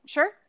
Sure